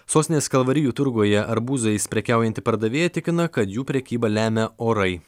sostinės kalvarijų turguje arbūzais prekiaujanti pardavėja tikina kad jų prekybą lemia orai